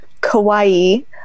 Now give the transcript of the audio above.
kawaii